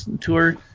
tour